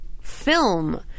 film